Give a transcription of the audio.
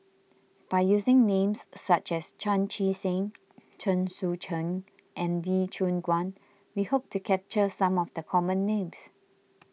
by using names such as Chan Chee Seng Chen Sucheng and Lee Choon Guan we hope to capture some of the common names